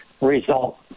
result